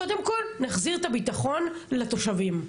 קודם כל נחזיר את הביטחון לתושבים.